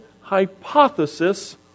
hypothesis